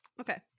Okay